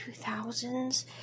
2000s